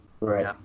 Right